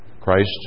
Christ